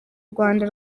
rwanda